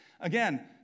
Again